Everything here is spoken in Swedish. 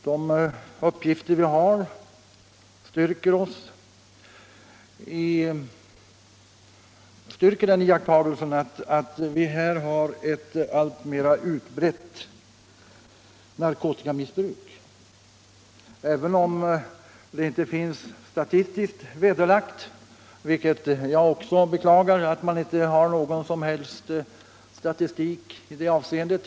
De uppgifter vi har styrker den iakttagelsen, att vi har ett alltmer utbrett narkotikamissbruk, även om det inte finns statistiskt fastlagt — också jag beklagar att man inte har någon som helst statistik i det avseendet.